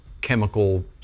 chemical